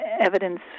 evidence